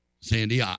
Sandy